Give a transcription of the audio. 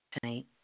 tonight